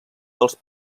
dels